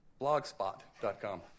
Blogspot.com